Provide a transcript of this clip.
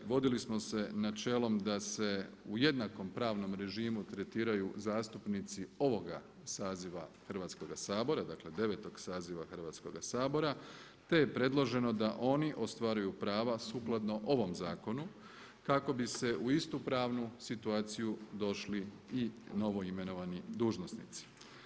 Vodili smo se načelom da se u jednakom pravnom režimu tretiraju zastupnici ovoga saziva Hrvatskoga sabora, dakle devetog saziva Hrvatskoga sabora, te je predloženo da oni ostvaruju prava sukladno ovom zakonu kako bi se u istu pravnu situaciju došli i novoimenovani dužnosnici.